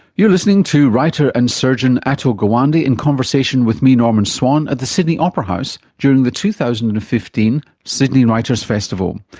you're listening to writer and surgeon atul gawande in conversation with me, norman swan, at the sydney opera house during the two thousand and fifteen sydney writers' festival.